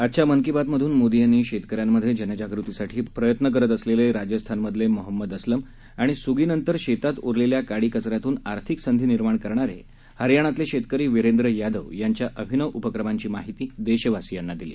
आजच्या मन की बातमधून मोदी यांनी शेतकऱ्यांमधे जनजागृतीसाठी प्रयत्न करत असलेले राज्यस्थानमधले मोहम्मद अस्लम आणि सुगीनंतर शेतात उरलेल्या काडी कचऱ्यातून आर्थिक संधी निर्माण करणारे हरयाणातले शेतकरी विरेंद्र यादव यांच्या अभिनव उपक्रमांची माहिती देशवासीयांना दिली